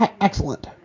Excellent